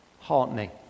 heartening